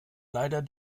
leider